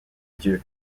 dieux